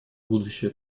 будущее